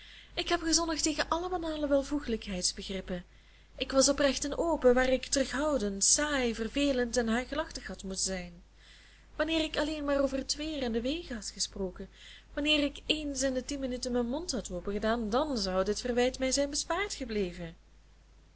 ik heb gezondigd tegen alle banale welvoegelijkheids begrippen ik was oprecht en open waar ik terughoudend saai vervelend en huichelachtig had moeten zijn wanneer ik alleen maar over t weer en de wegen had gesproken wanneer ik eens in de tien minuten mijn mond had opengedaan dan zou dit verwijt mij zijn bespaard gebleven